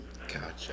Gotcha